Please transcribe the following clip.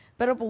Pero